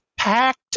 Packed